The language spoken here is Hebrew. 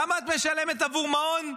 כמה את משלמת עבור מעון?